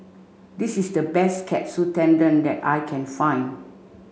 this is the best Katsu Tendon that I can find